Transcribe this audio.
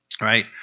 Right